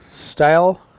style